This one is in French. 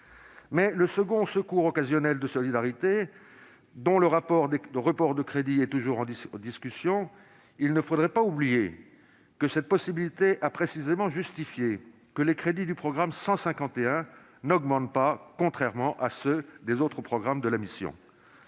Pour le secours occasionnel de solidarité, dont le report des crédits est toujours en discussion, il ne faudra pas oublier que cette possibilité a précisément justifié que les crédits du programme 151 n'augmentent pas, contrairement à ceux des autres programmes de la mission.